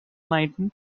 knighton